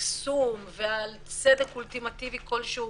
מקסום ועל צדק אולטימטיבי כלשהו